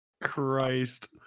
Christ